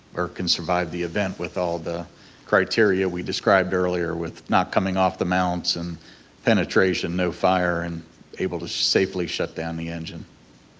or can survive the event with all the criteria we described earlier with not coming off the mounts and penetration, no fire, and able to safely shut down the engine.